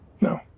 No